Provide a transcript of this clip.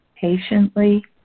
Patiently